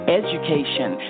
education